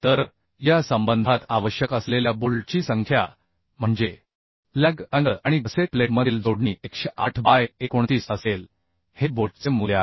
तर या संबंधात आवश्यक असलेल्या बोल्टची संख्या म्हणजे लॅग अँगल आणि गसेट प्लेटमधील जोडणी 108 बाय 29 असेल हे बोल्टचे मूल्य आहे